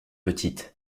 petite